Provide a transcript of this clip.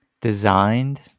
designed